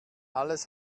alles